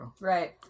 Right